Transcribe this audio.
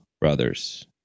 brothers